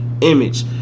Image